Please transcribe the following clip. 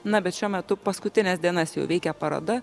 na bet šiuo metu paskutines dienas jau veikia paroda